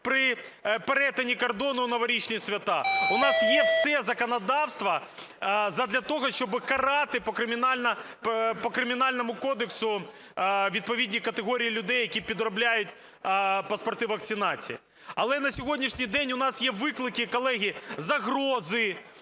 при перетині кордону в новорічні свята. У нас є все законодавство задля того, щоби карати по Кримінальному кодексу відповідні категорії людей, які підробляють паспорти вакцинації. Але на сьогоднішній день у нас є виклики, колеги, загрози,